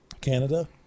Canada